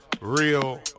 real